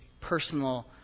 personal